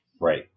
Right